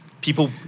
people